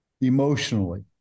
emotionally